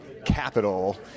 Capital